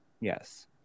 Yes